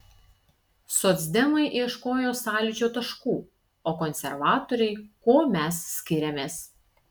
socdemai ieškojo sąlyčio taškų o konservatoriai kuo mes skiriamės